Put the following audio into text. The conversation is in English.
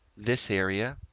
this area